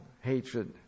hatred